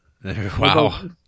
Wow